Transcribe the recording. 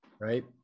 right